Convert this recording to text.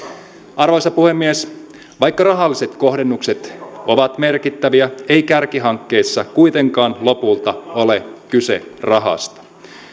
arvoisa puhemies vaikka rahalliset kohdennukset ovat merkittäviä ei kärkihankkeissa kuitenkaan lopulta ole kyse rahasta